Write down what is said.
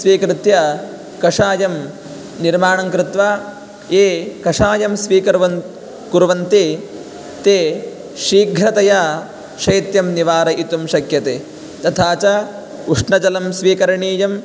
स्वीकृत्य कषायं निर्माणं कृत्वा ये कषायं स्वीकुर्वन् कुर्वन्ति ते शीघ्रतया शैत्यं निवारयितुं शक्यते तथा च उष्णजलं स्वीकरणीयं